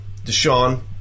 Deshaun